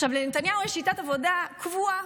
עכשיו, לנתניהו יש שיטת עבודה קבועה: